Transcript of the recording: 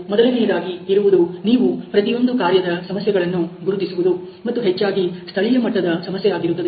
ಮೊದಲನೆಯದಾಗಿ ಇರುವುದು ನೀವು ಪ್ರತಿಯೊಂದು ಕಾರ್ಯದ ಸಮಸ್ಯೆಗಳನ್ನು ಗುರುತಿಸುವುದು ಮತ್ತು ಹೆಚ್ಚಾಗಿ ಸ್ಥಳೀಯ ಮಟ್ಟದ ಸಮಸ್ಯೆ ಆಗಿರುತ್ತದೆ